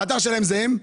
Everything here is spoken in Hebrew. האתר שלהם זה הם?